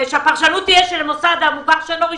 שהפרשנות תהיה שלמוסד מוכר ואינו רשמי,